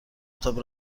تاپ